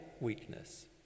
weakness